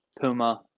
Puma